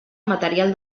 material